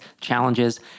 challenges